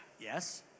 yes